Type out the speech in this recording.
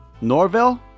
Norville